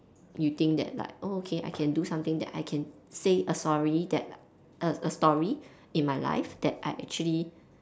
you think that like oh okay I can do something that I can say a sorry that a a story in my life that I actually